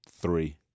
three